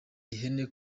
ihene